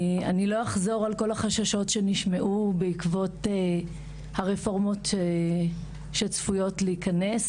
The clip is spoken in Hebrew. אני לא אחזור על כל החששות שנשמעו בעקבות הרפורמות שצפויות להיכנס